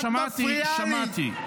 אני שמעתי, שמעתי.